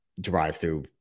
drive-through